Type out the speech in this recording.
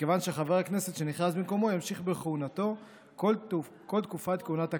מכיוון שחבר הכנסת שנכנס במקומו ימשיך בכהונתו בכל תקופת כהונת הכנסת.